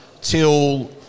till